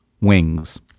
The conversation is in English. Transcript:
wings